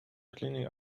cleaning